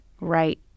Right